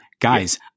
guys